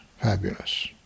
fabulous